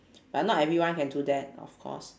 but not everyone can do that of course